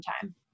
time